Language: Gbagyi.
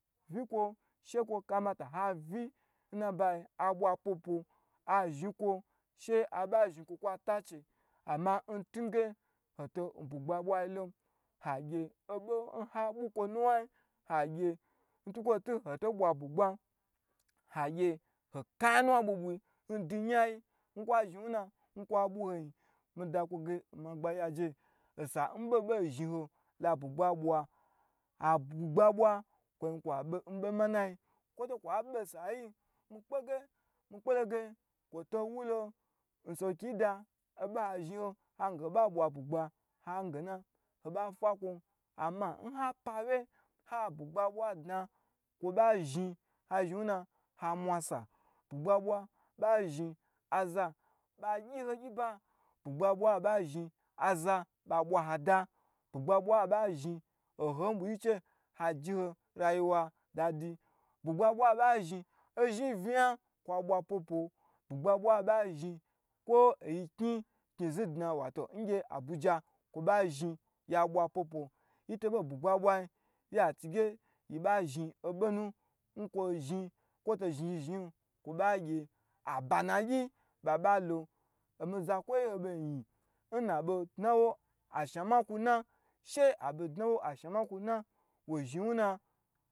Vyi kwo she kwo kamata, ha uyi n nabayi, ha ɓwa pwo ewo, a zhni kwo she a ɓa zhni kwo kwa tache, amma n tunge, ho to n bwagba ɓwai lon, ha gye n twukwo twu ho to ɓwa bwugkan ha ka nya nuwna ɓwu ɓwui, n dwu nyai n kwa zhni n wuna, n kwa ɓwu honyi, mii da kwo ge oma gbagya je n san ɓo ɓei zhni ho la bwugba ɓwa, abwu gba ɓwa, kwon kwa ɓo ho nya manai yi, kwoto kwa ɓen sa yin, mii kpe ge- mii koe lo ge lawo to wulo n soki da, oɓa zhni ho hange ho ɓa ɓwa bwu gba, hange na ho ɓa fwa kwon, amma n ha pa wye, ha bwugba ɓwa dna, kwo ɓa zhni, ha zhni wuna ha mwasa, bwugba ɓwa kwo ɓa zhni aza ɓa gyi ho gyiba, bwugba ɓua ɓa zhni aza, ɓa ɓwa ha da, bwugba ɓwan ɓa zhni, oho nyi ɓwui chehaji ho rayuwa dadi, bwugba ɓwan ɓa zhni ozhi unya kwa ɓwa pwopwo, bwugba ɓwan ɓa zhni kwo oyi knyi zn da wato n gye abuja, kwo ɓa zhni ya ɓwa pwo pwo, nyi to ɓo n bwugba ɓwain, ya chige yi ɓa zhni oɓonu n kwo zhni-n kwo to zhni zhni gin, kwo ɓa gye aba nagyi, ɓa ɓa lo, omii zakwoi ho ɓo nyi, n na ɓo dnawo ashnama kwu na, she aɓo dnawo ashnama kwu na, woi zhni wuna.